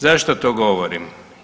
Zašto to govorim.